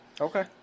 Okay